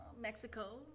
Mexico